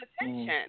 attention